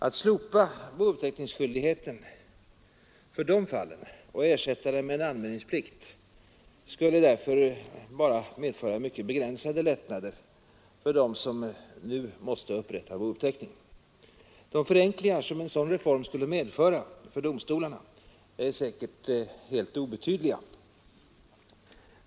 Att slopa bouppteckningsskyldigheten för dessa fall och ersätta den med en anmälningsplikt skulle därför medföra bara mycket begränsade lättnader för dem som nu har att upprätta bouppteckning. De förenklingar en sådan reform skulle medföra för domstolarna är säkerligen helt obetydliga.